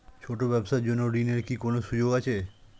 ছোট ব্যবসার জন্য ঋণ এর কি কোন সুযোগ আছে?